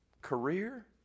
career